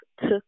took